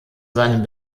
seinem